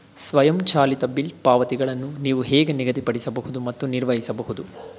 ಸ್ವಯಂಚಾಲಿತ ಬಿಲ್ ಪಾವತಿಗಳನ್ನು ನೀವು ಹೇಗೆ ನಿಗದಿಪಡಿಸಬಹುದು ಮತ್ತು ನಿರ್ವಹಿಸಬಹುದು?